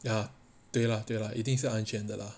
ya 对啦对啦一定是安全的 lah